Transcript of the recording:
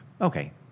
okay